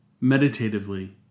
meditatively